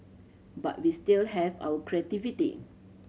but we still have our creativity